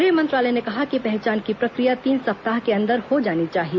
गृह मंत्रालय ने कहा कि पहचान की प्रक्रिया तीन सप्ताह के अंदर हो जानी चाहिए